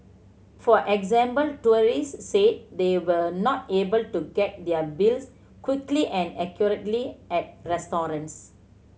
for example tourists said they were not able to get their bills quickly and accurately at restaurants